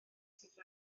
sydd